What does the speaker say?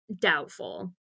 Doubtful